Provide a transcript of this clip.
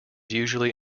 usually